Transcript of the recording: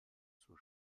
zur